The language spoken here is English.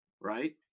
right